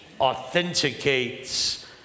authenticates